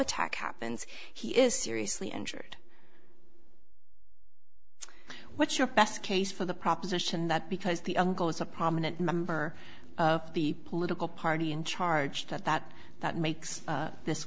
attack happens he is seriously injured what's your best case for the proposition that because the uncle is a prominent member of the political party in charge that that that makes this